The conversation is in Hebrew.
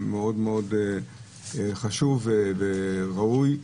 מאוד מאוד חשוב וראוי,